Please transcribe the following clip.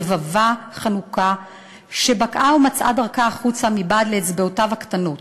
יבבה חנוקה שבקעה ומצאה דרכה החוצה מבעד לאצבעותיו הקטנות.